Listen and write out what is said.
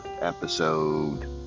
episode